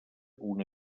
una